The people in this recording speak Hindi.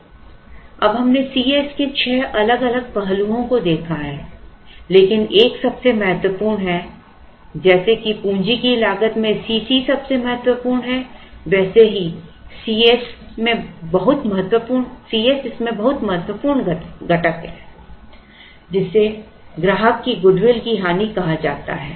अब हमने C s के छह अलग अलग पहलुओं को देखा है लेकिन एक सबसे महत्वपूर्ण है जैसे कि पूंजी की लागत C c में सबसे महत्वपूर्ण है वैसी ही C s इसमें बहुत महत्वपूर्ण घटक है जिसे ग्राहक की गुडविल की हानि कहा जाता है